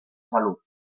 salud